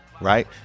right